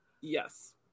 Yes